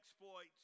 exploits